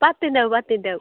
പത്തിൻ്റെ പത്തിൻ്റെ